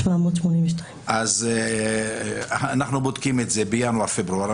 6,782. אנחנו בודקים את זה בינואר-פברואר.